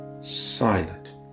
silent